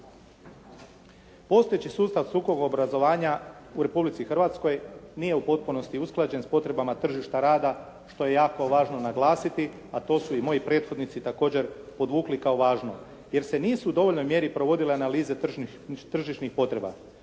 se ne razumije./ … obrazovanja u Republici Hrvatskoj nije u potpunosti usklađen s potrebama tržišta rada, što je jako važno naglasiti, a to su i moji prethodnici također podvukli kao važno jer se nisu u dovoljnoj mjeri provodile analize tržišnih potreba.